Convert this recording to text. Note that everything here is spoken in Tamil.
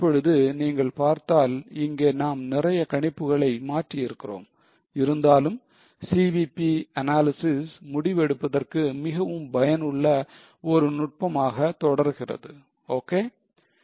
இப்பொழுது நீங்கள் பார்த்தால் இங்கே நாம் நிறைய கணிப்புகளை மாற்றியிருக்கிறோம் இருந்தாலும் CVP analysis முடிவு எடுப்பதற்கு மிகவும் பயனுள்ள ஒரு நுட்பமாக தொடர்கிறது ok